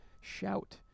shout